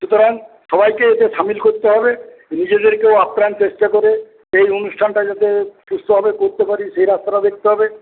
সুতরাং সবাইকে এতে সামিল করতে হবে নিজেদেরকেও আপ্রাণ চেষ্টা করে এই অনুষ্ঠানটা যাতে সুস্থভাবে করতে পারি সেই রাস্তা দেখতে হবে